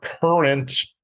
current